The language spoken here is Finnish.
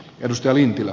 tiedusteli